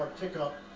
pickup